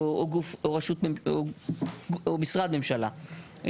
משרד ממשלה.